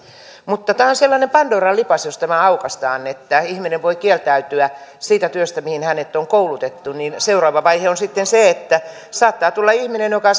mutta tämä on sellainen pandoran lipas että jos tämä aukaistaan jos ihminen voi kieltäytyä siitä työstä mihin hänet on koulutettu niin seuraava vaihe on sitten se että saattaa tulla ihminen joka